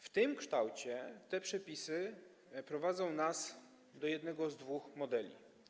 W tym kształcie te przepisy prowadzą nas do jednego z dwóch modeli.